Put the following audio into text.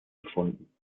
befunden